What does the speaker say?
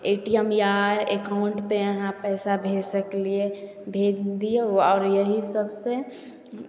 ए T M या एकाउन्ट पे अहाँ पइसा भेज सकलिए भेज दिऔ आओर यही सबसे